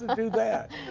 do that?